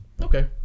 Okay